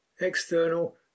External